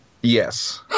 Yes